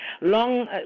long